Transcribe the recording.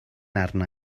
arna